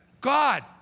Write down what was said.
God